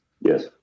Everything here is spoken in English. yes